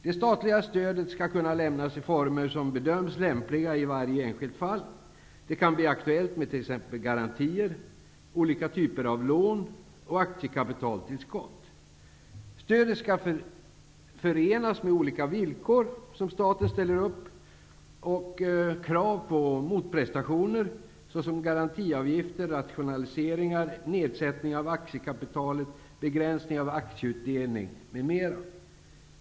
Det statliga stödet skall kunna lämnas i former som bedöms lämpliga i varje enskilt fall. Det kan bli aktuellt med t.ex. Stödet skall förenas med olika villkor som staten ställer upp och krav på motprestationer såsom garantiavgifter, rationaliseringar, nedsättning av aktiekapitalet, begränsning av aktieutdelning m.m.